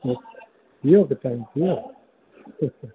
थियो टाइम थियो